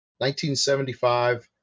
1975